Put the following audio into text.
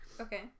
Okay